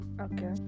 Okay